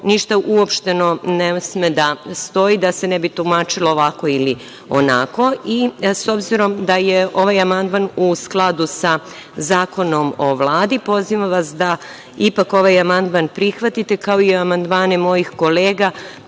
ništa uopšte ne sme da stoji da se ne bi tumačilo ovako ili onako i s obzirom da je ovaj amandman u skladu sa Zakonom o Vladi, pozivam vas da ipak ovaj amandman prihvatite kao i amandmane mojih kolega